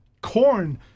corn